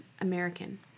American